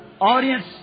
audience